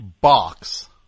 Box